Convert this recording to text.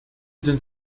sind